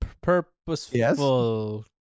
purposeful